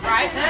Right